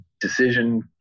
decision